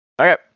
Okay